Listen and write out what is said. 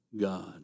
God